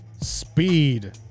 Speed